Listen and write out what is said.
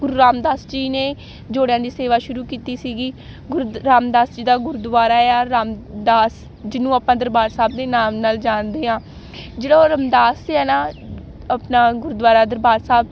ਗੁਰੂ ਰਾਮਦਾਸ ਜੀ ਨੇ ਜੋੜਿਆਂ ਦੀ ਸੇਵਾ ਸ਼ੁਰੂ ਕੀਤੀ ਸੀਗੀ ਗੁਰੂ ਦ ਰਾਮਦਾਸ ਜੀ ਦਾ ਗੁਰਦੁਆਰਾ ਆ ਰਾਮਦਾਸ ਜਿਹਨੂੰ ਆਪਾਂ ਦਰਬਾਰ ਸਾਹਿਬ ਦੇ ਨਾਮ ਨਾਲ ਜਾਣਦੇ ਹਾਂ ਜਿਹੜਾ ਉਹ ਰਮਦਾਸ ਆ ਨਾ ਆਪਣਾ ਗੁਰਦੁਆਰਾ ਦਰਬਾਰ ਸਾਹਿਬ